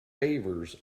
favours